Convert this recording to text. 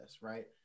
right